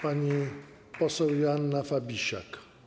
Pani poseł Joanna Fabisiak.